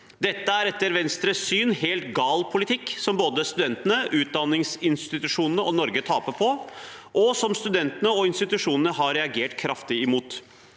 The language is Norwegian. Dette er etter Venstres syn helt gal politikk, som både studentene, utdanningsinstitusjonene og Norge taper på, og som studentene og institusjonene har reagert kraftig imot.